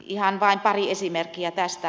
ihan vain pari esimerkkiä tästä